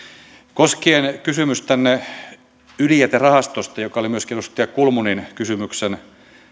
koskien kysymystänne ydinjäterahastosta joka oli myöskin edustaja kulmunin kysymyksen